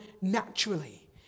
naturally